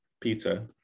pizza